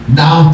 now